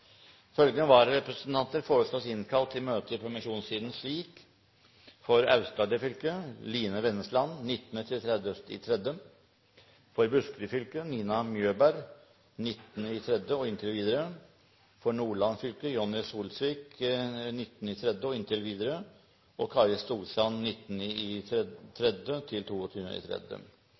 Følgende vararepresentanter innkalles for å møte i permisjonstiden: For Aust-Agder fylke: Line Vennesland 19.–30. mars For Buskerud fylke: Nina Mjøberg 19. mars og inntil videre For Nordland fylke: Jonni Helge Solsvik 19. mars og inntil videre og Kari Storstrand 19.–22. mars Line Vennesland, Nina Mjøberg, Jonni Helge Solsvik og Kari Storstrand er til